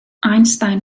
einstein